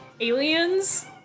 Aliens